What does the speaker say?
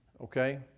Okay